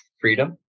freedom